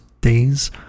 days